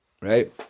Right